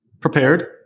prepared